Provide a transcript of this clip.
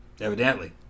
Evidently